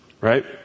right